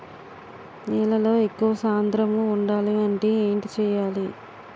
నేలలో ఎక్కువ సాంద్రము వుండాలి అంటే ఏంటి చేయాలి?